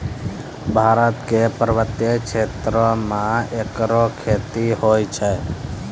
भारत क पर्वतीय क्षेत्रो म एकरो खेती होय छै